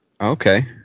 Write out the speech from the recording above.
Okay